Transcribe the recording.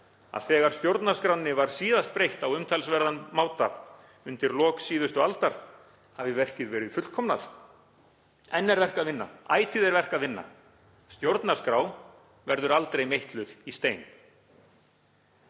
þegar stjórnarskránni var síðast breytt á umtalsverðan máta, undir lok síðustu aldar, hafi verkið verið fullkomnað. Enn er verk að vinna — ætíð er verk að vinna. Stjórnarskrá verður aldrei meitluð í stein.